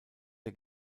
der